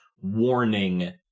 warning